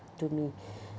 to me